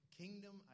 kingdom